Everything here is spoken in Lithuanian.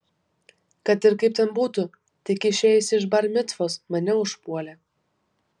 kad ir kaip ten būtų tik išėjusį iš bar micvos mane užpuolė